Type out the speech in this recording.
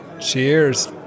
Cheers